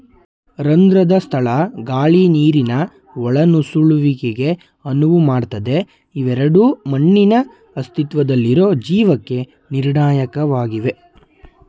ರಂಧ್ರದ ಸ್ಥಳ ಗಾಳಿ ನೀರಿನ ಒಳನುಸುಳುವಿಕೆಗೆ ಅನುವು ಮಾಡ್ತದೆ ಇವೆರಡೂ ಮಣ್ಣಿನ ಅಸ್ತಿತ್ವದಲ್ಲಿರೊ ಜೀವಕ್ಕೆ ನಿರ್ಣಾಯಕವಾಗಿವೆ